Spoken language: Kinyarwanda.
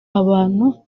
abantu